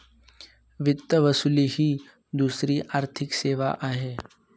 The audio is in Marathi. वित्त वसुली ही दुसरी आर्थिक सेवा आहे